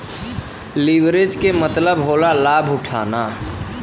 leverage के मतलब होला लाभ उठाना